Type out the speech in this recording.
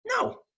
No